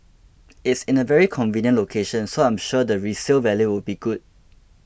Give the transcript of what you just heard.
it's in a very convenient location so I'm sure the resale value will be good